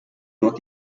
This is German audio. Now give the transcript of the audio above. dort